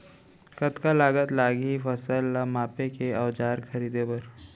कतका लागत लागही फसल ला मापे के औज़ार खरीदे बर?